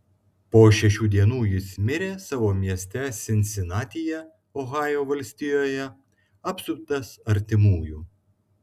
po šešių dienų jis mirė savo mieste sinsinatyje ohajo valstijoje apsuptas artimųjų